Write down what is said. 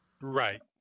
Right